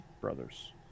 Brothers